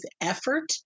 effort